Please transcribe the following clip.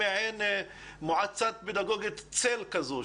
מעין מועצת צללים פדגוגיות כזו,